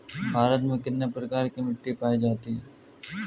भारत में कितने प्रकार की मिट्टी पाई जाती है?